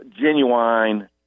genuine